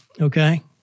Okay